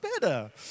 better